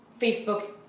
Facebook